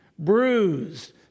bruised